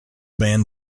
band